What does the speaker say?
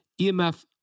EMF